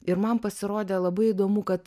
ir man pasirodė labai įdomu kad